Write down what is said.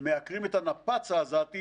נהרגו מפיגועי מתאבדים,